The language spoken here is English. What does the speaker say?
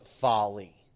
folly